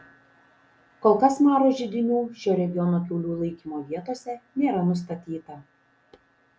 kol kas maro židinių šio regiono kiaulių laikymo vietose nėra nustatyta